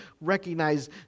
recognize